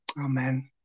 amen